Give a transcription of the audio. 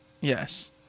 Yes